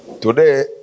Today